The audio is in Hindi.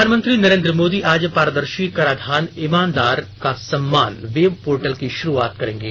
प्रधानमंत्री नरेन्द्र मोदी आज पारदर्शी कराधान ईमानदार का सम्मान वेब पोर्टल की शुरूआत करेंगे